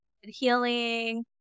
healing